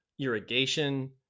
irrigation